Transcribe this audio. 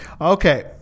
okay